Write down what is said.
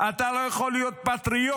אתה לא יכול להיות פטריוט